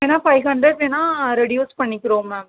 வேணுனா five hundred வேணுனா reduce பண்ணிக்கிறோம் மேம்